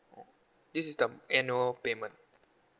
this is the annual payment